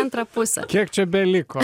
antrą pusę kiek čia beliko